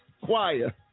choir